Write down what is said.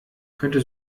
könnte